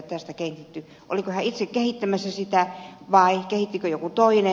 oliko hän itse kehittämässä sitä vai kehittikö joku toinen